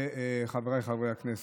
וחבריי חברי הכנסת,